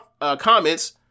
comments